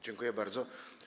Dziękuję bardzo.